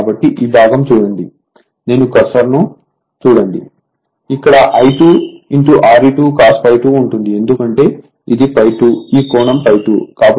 కాబట్టి ఈ భాగం చూడండి నేను కర్సర్ను చూడండి ఇక్కడ I2Re2 cos ∅2 ఉంటుంది ఎందుకంటే ఇది ∅2 ఈ కోణం∅2